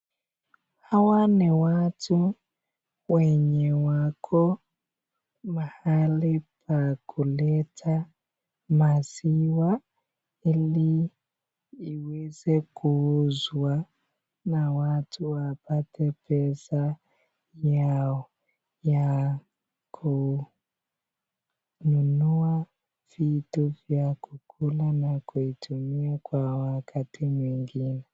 Hawa ni watu wenye wako mahali pa kuleta maziwa ili iweze kuuzwa na watu wapate pesa yao ya kununua vitu vya kukula na kuitumia kwa wakati mwingine.